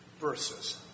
verses